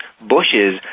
bushes